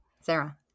Sarah